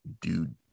dude